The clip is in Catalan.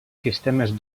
sistemes